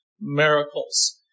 miracles